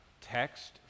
text